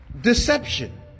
deception